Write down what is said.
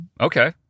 Okay